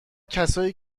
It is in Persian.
کسایی